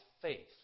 faith